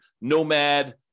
nomad